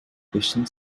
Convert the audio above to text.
zwischen